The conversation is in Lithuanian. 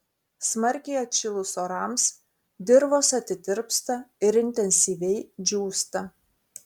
smarkiai atšilus orams dirvos atitirpsta ir intensyviai džiūsta